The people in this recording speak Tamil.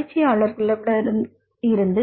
ஆராய்ச்சியாளர்களிடம் இருந்து